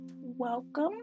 welcome